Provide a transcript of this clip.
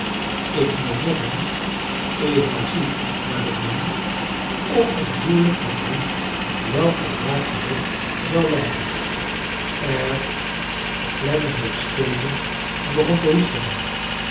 ik doe het met hem evenals u naar ik meen of een huwelijk met hem wel tot haar geluk zou leiden er r clennam bleef steken en begon te hoesten